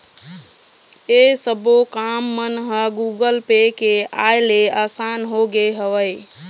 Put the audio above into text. ऐ सब्बो काम मन ह गुगल पे के आय ले असान होगे हवय